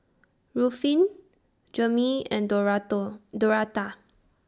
Ruffin Jameel and Dorado Dorotha